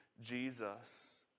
Jesus